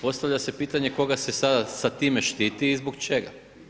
Postavlja se pitanje koga se sada sa tiče štiti i zbog čega?